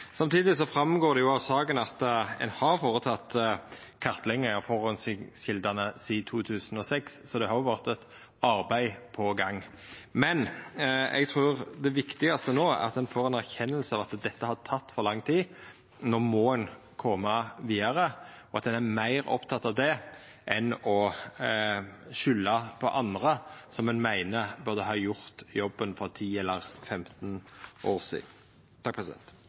Samtidig går det fram av saka at ein har kartlagt forureiningskjeldene sidan 2006, så det har vore eit arbeid på gang. Eg trur det viktigaste no er at ein får ei erkjenning av at dette har teke for lang tid, og at no må ein koma vidare – at ein er meir oppteken av det enn av å skulda på andre, som ein meiner burde ha gjort jobben for 10 eller 15 år sidan.